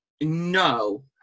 No